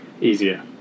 easier